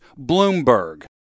Bloomberg